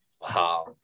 Wow